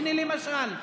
הינה, למשל,